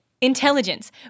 intelligence